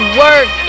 work